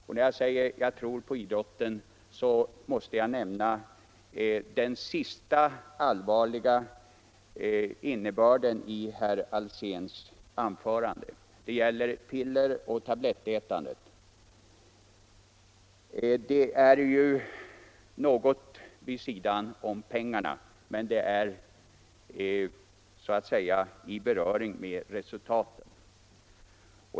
Och då måste jag nämna den sista allvarliga punkten i herr Alséns anförande. Det gäller pilleroch tablettätandet. Det är ju något vid sidan av pengarna, men det har så att säga beröring med resultaten.